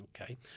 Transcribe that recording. okay